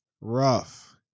rough